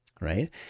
right